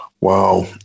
Wow